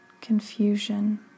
confusion